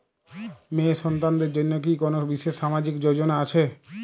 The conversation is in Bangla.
মেয়ে সন্তানদের জন্য কি কোন বিশেষ সামাজিক যোজনা আছে?